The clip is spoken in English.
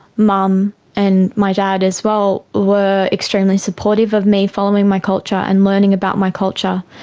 mum and my dad as well were extremely supportive of me following my culture and learning about my culture,